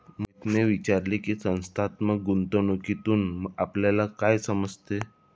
मोहनने विचारले की, संस्थात्मक गुंतवणूकीतून आपल्याला काय समजते?